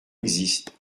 existent